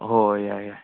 ꯍꯣꯏ ꯍꯣꯏ ꯌꯥꯏ ꯌꯥꯏ